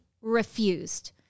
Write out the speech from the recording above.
Refused